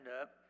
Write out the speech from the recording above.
up